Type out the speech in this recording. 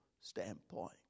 standpoint